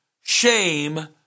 shame